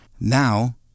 Now